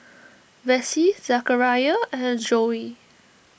Vessie Zachariah and Joey